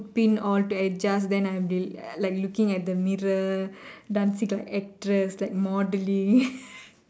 pin all to adjust then I'll be like looking at the mirror dancing like actress like modelling